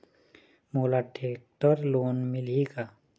मोला tractor loan मिलही का?